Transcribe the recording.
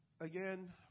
again